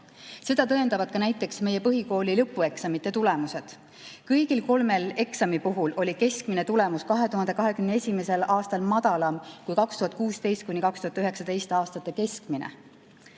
Seda tõendavad ka näiteks meie põhikooli lõpueksamite tulemused. Kõigi kolme eksami puhul oli keskmine tulemus 2021. aastal madalam kui 2016.–2019. aasta keskmine.